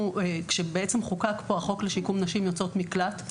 כשבעצם חוקק פה החוק לשיקום נשים יוצאות מקלט,